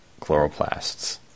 chloroplasts